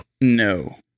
No